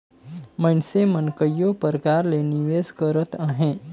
मइनसे मन कइयो परकार ले निवेस करत अहें